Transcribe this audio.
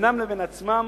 בינם לבין עצמם,